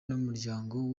n’umuryango